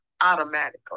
automatically